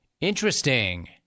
interesting